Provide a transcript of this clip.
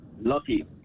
Lucky